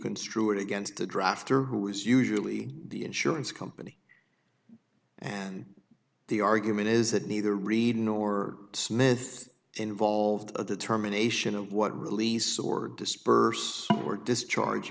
construe it against the drafter who is usually the insurance company and the argument is that neither read nor smith involved a determination of what release or disperse or discharge